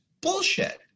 bullshit